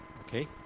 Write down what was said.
okay